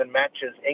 matches